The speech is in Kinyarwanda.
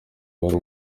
yari